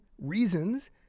reasons